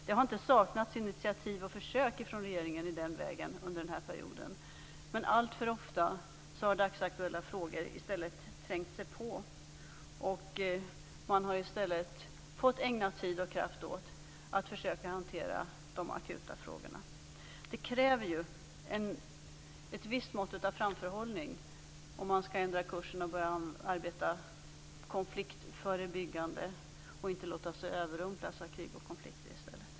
Det har inte saknats initiativ och försök från regeringen i den vägen under denna period. Alltför ofta har dock dagsaktuella frågor i stället trängt sig på, och man har fått ägna tid och kraft åt att försöka hantera de akuta frågorna. Det krävs ju ett visst mått av framförhållning om man skall ändra kursen och börja arbeta konfliktförebyggande i stället för att låta sig överrumplas av krig och konflikter.